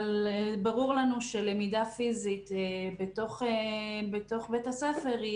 אבל ברור לנו שלמידה פיזית בתוך בית הספר היא